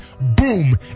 boom